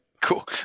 Cool